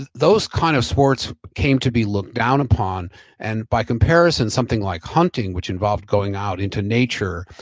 ah those kind of sports came to be looked down upon and by comparison something like hunting, which involved going out into nature,